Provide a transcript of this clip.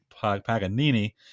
Paganini